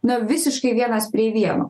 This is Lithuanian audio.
na visiškai vienas prie vieno